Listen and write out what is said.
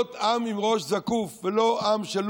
להיות עַם עִם ראש זקוף, ולא עם של לופטגשפט.